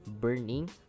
burning